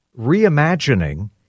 reimagining